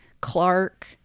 Clark